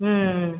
ம்